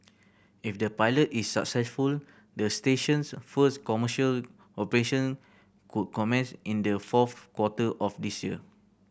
if the pilot is successful the station's first commercial operation could commence in the fourth quarter of this year